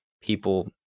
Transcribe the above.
people